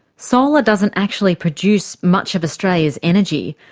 solar doesn't actually produce much of australia's energy,